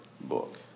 book